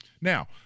Now